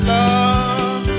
love